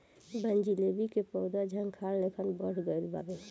बनजीलेबी के पौधा झाखार लेखन बढ़ गइल बावे